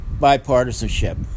bipartisanship